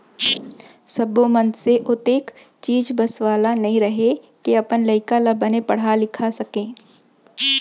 सब्बो मनसे ओतेख चीज बस वाला नइ रहय के अपन लइका ल बने पड़हा लिखा सकय